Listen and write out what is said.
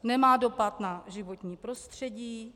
Nemá dopad na životní prostředí.